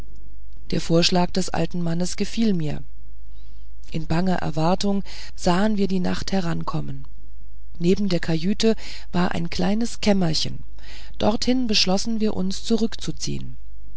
der vorschlag des alten mannes gefiel mir wohl in banger erwartung sahen wir die nacht herankommen neben der kajüte war ein kleines kämmerchen dorthin beschlossen wir uns zurückzuziehen